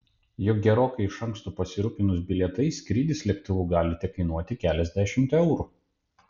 juk gerokai iš anksto pasirūpinus bilietais skrydis lėktuvu gali tekainuoti keliasdešimt eurų